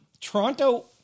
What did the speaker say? Toronto